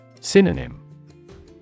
Synonym